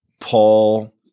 Paul